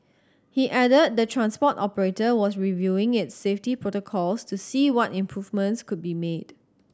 he added the transport operator was reviewing its safety protocols to see what improvements could be made